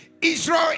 Israel